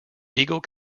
eagle